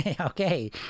Okay